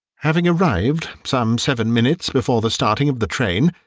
having arrived some seven minutes before the starting of the train,